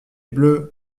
bleus